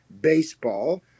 baseball